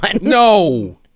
No